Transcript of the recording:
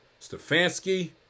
Stefanski